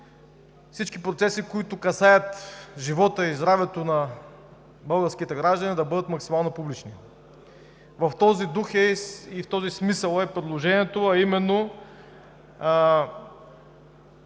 всички процеси, които касаят живота и здравето на българските граждани, да бъдат максимално публични. В този дух и в този смисъл е предложението, а именно